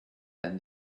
than